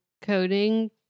coding